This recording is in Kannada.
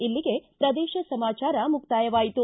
ಇಲ್ಲಿಗೆ ಪ್ರದೇಶ ಸಮಾಚಾರ ಮುಕ್ಕಾಯವಾಯಿತು